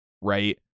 Right